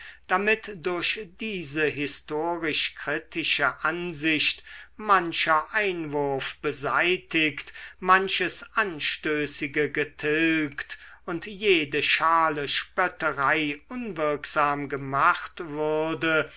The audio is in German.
damit durch diese historisch kritische ansicht mancher einwurf beseitigt manches anstößige getilgt und jede schale spötterei unwirksam gemacht würde